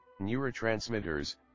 Neurotransmitters